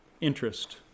interest